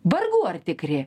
vargu ar tikri